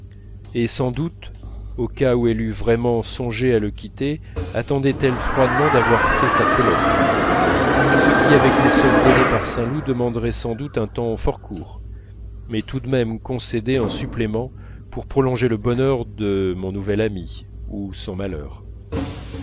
et sans doute au cas où elle eût vraiment songé à le quitter attendait elle froidement d'avoir fait sa pelote ce qui avec les sommes données par saint loup demanderait sans doute un temps fort court mais tout de même concédé en supplément pour prolonger le bonheur de mon nouvel ami ou son malheur